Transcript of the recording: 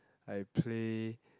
I play